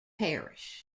parish